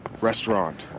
restaurant